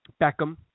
Beckham